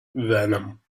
venom